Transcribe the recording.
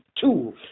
Two